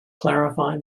clarify